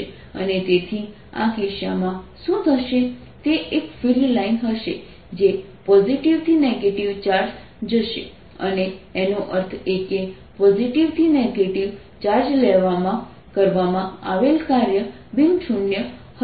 અને તેથી આ કિસ્સામાં શું થશે તે એક ફિલ્ડ લાઇન હશે જે પોઝિટિવ થી નેગેટિવ ચાર્જ જશે અને એનો અર્થ એ કે પોઝિટિવ થી નેગેટિવ ચાર્જ લેવામાં કરવામાં આવેલ કાર્ય બિન શૂન્ય હશે